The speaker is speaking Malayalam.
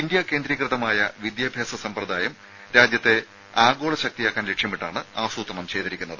ഇന്ത്യ കേന്ദ്രീകൃതമായ വിദ്യാഭ്യാസ സമ്പ്രദായം രാജ്യത്തെ ആഗോള ശക്തിയാക്കാൻ ലക്ഷ്യമിട്ടാണ് ആസൂത്രണം ചെയ്തിരിക്കുന്നത്